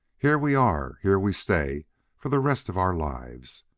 here we are here we stay for the rest of our lives.